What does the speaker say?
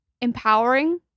Empowering